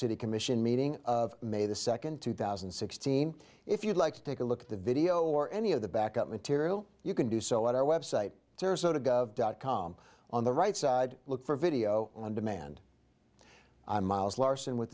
city commission meeting of may the second two thousand and sixteen if you'd like to take a look at the video or any of the back up material you can do so at our website dot com on the right side look for video on demand i'm miles larson with